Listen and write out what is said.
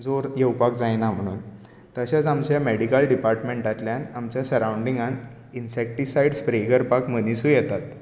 जोर येवपाक जायना म्हणून तशेंच आमच्या मॅडिकल डिपार्टमेंटातल्यान आमच्या सरावंडिंगान इन्सेक्टीसायड स्प्रे करपाक मनिसूय येतात